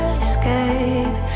escape